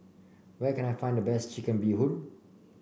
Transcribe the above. where can I find the best Chicken Bee Hoon